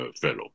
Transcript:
fellow